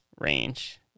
range